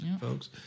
folks